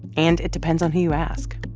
and it depends on who you ask